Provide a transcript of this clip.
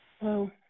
Hello